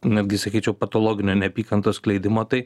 netgi sakyčiau patologinio neapykantos skleidimo tai